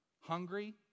hungry